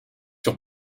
sur